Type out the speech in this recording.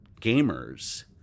gamers